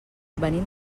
venim